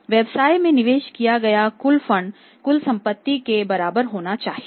व्यवसाय में निवेश किया गया कुल फंड कुल संपत्ति के बराबर होना चाहिए